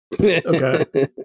Okay